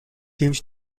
seems